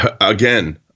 again